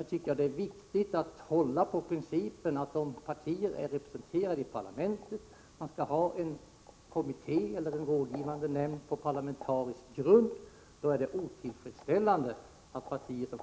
Jag tycker att det är viktigt att hålla på principen, att om partier är representerade i parlamentet och man skall ha en kommitté eller en rådgivande nämnd på parlamentarisk grund, så är det otillfredsställande att